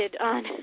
on